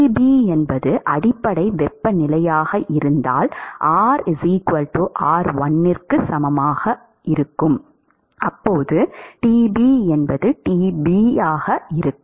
Tb என்பது அடிப்படை வெப்பநிலையாக இருந்தால் rr1க்கு சமமாகும் போது T ஆனது Tb ஆக இருக்கும்